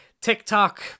TikTok